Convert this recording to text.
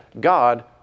God